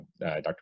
Dr